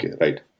right